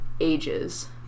ages